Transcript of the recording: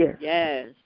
Yes